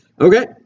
Okay